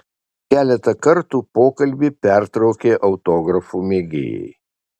keletą kartų pokalbį pertraukė autografų mėgėjai